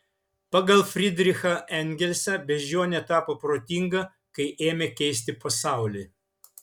pagal fridrichą engelsą beždžionė tapo protinga kai ėmė keisti pasaulį